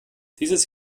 dieses